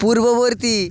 পূর্ববর্তী